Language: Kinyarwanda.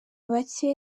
bake